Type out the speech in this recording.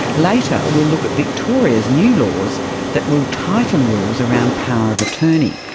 later we'll look at victoria's new laws that will tighten rules around power of attorney.